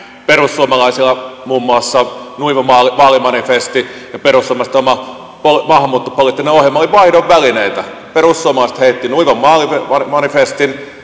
perussuomalaisilla muun muassa nuiva vaalimanifesti ja perussuomalaisten oma maahanmuuttopoliittinen ohjelma olivat vaihdon välineitä perussuomalaiset heittivät nuivan vaalimanifestin